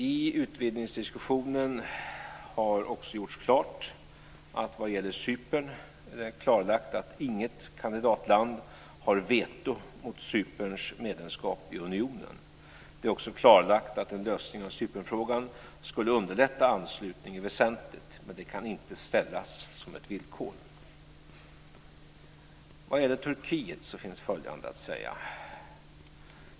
I utvidgningsdiskussionen har också sagts att vad gäller Cypern är det klarlagt att inget kandidatland har veto mot Cyperns medlemskap i unionen. Det är också klarlagt att en lösning av Cypernfrågan skulle underlätta anslutningen väsentligt, men det kan inte ställas som ett villkor. Vad gäller Turkiet finns följande att säga.